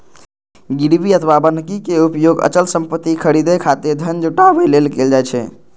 गिरवी अथवा बन्हकी के उपयोग अचल संपत्ति खरीदै खातिर धन जुटाबै लेल कैल जाइ छै